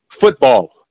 football